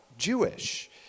Jewish